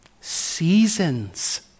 seasons